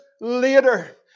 later